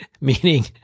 meaning